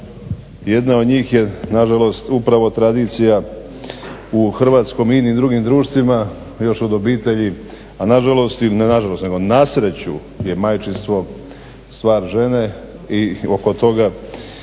Jedna od njih je nažalost upravo tradicija u hrvatskom i inim drugim društvima još od obitelji, a nažalost, ne nažalost nego nasreću je majčinstvo stvar žene i zbog toga